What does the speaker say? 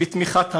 בתמיכת הממשלה,